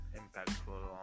impactful